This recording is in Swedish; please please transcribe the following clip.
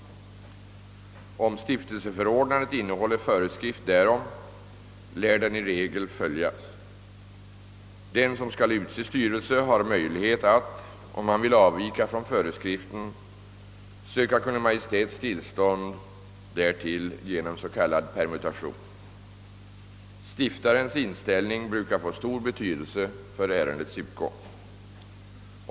Om = stiftelseförordnandet innehåller föreskrift därom, lär den i regel följas. Den som skall utse styrelse har möjlighet att, om han vill avvika från föreskriften, söka Kungl. Maj:ts tillstånd därtill genom s.k. permutation. Stiftarens inställning brukar få stor betydelse för ärendets utgång.